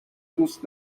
دوست